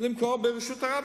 למכור ברשות הרבים.